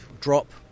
drop